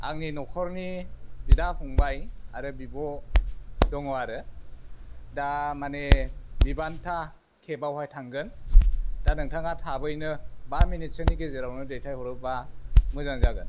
आंनि न'खरनि बिदा फंबाय आरो बिब' दङ आरो दा माने भिभान्ता केबआवहाय थांगोन दा नोंथाङा थाबैनो बा मिनिटसोनि गेजेरावनो दैथायहरोबा मोजां जागोन